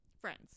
friends